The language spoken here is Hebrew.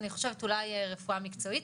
אולי רפואה מקצועית.